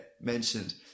mentioned